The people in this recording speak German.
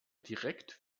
direkt